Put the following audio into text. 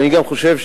אני גם חושב,